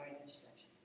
instruction